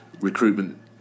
recruitment